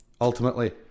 ultimately